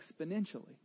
exponentially